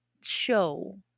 show